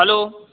hello